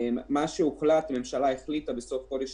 למי שימות?